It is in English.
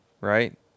Right